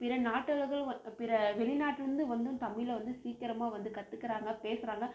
பிற நாட்டவர்கள் வ பிற வெளிநாட்லருந்து வந்தும் தமிழை வந்து சீக்கிரமாக வந்து கற்றுக்கறாங்க பேசுறாங்க